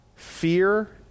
Fear